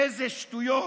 אילו שטויות.